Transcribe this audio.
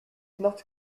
not